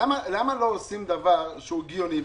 למה לא עושים דבר הגיוני?